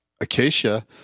Acacia